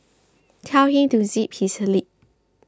tell him to zip his lip